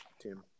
team